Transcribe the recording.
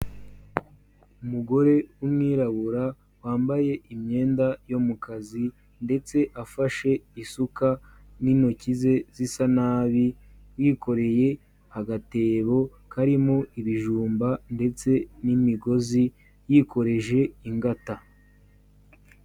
Umugore w'umwirabura, wambaye imyenda yo mu kazi ndetse afashe isuka n'intoki ze zisa nabi, yikoreye agatebo karimo ibijumba ndetse n'imigozi, yikoreje ingata.